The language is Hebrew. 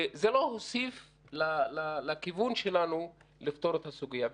וזה לא הוסיף לכיוון שלנו לפתור את הסוגיה.